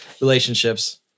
relationships